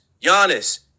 Giannis